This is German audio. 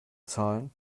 zahlen